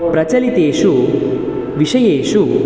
प्रचलितेषु विषयेषु